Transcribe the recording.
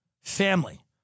family